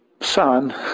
son